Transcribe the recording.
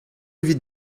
evit